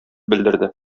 белдерде